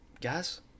guys